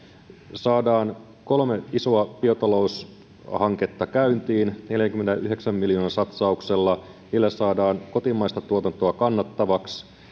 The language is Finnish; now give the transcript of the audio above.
saadaan kolme isoa biotaloushanketta käyntiin neljänkymmenenyhdeksän miljoonan satsauksella millä saadaan kotimaista tuotantoa kannattavaksi